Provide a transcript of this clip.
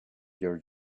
your